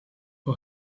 who